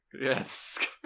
Yes